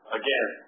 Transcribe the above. again